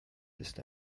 ist